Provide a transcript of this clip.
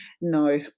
No